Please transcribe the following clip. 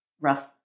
rough